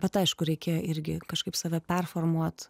bet aišku reikėjo irgi kažkaip save performuot